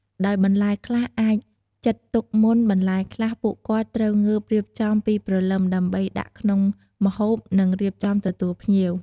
ដោយបន្លែខ្លះអាចជិតទុកមុនបន្លែខ្លះពួកគាត់ត្រូវងើបរៀបចំពីព្រលឹមដើម្បីដាក់ក្នុងម្ហូបនិងរៀបចំទទួលភ្ញៀវ។